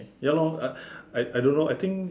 ya lor I I I don't know I think